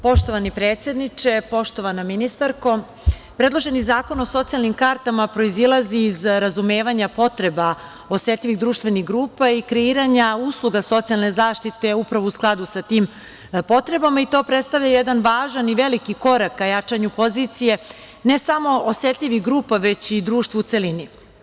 Poštovani predsedniče, poštovana ministarko, predloženi Zakon o socijalnim kartama proizilazi iz razumevanja potreba osetljivih društvenih grupa i kreiranja usluga socijalne zaštite upravo u skladu sa tim potrebama i to predstavlja jedan važan i veliki korak ka jačanju pozicije ne samo osetljivih grupa, već i društva u celini.